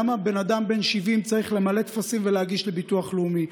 למה בן אדם בן 70 צריך למלא טפסים ולהגיש לביטוח לאומי?